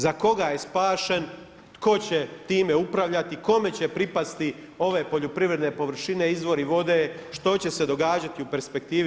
Za koga je spašen, tko će time upravljati, kome će pripasti ove poljoprivredne površine izvori vode, što će se događati u perspektivi?